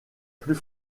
plus